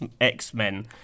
X-Men